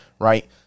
right